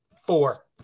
four